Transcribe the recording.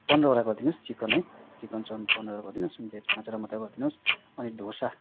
पन्ध्रवटा गरिदिनोस् चिकन है चिकन चउमिन पन्ध्रवटा गरिदिनोस् भेज पाँचवटा मात्रै गरिदिनोस् अनि ढोसा